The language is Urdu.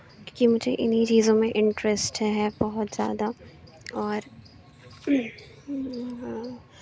کیونکہ مجھے انہیں چیزوں میں انٹرسٹ ہے بہت زیادہ اور